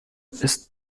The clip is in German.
ist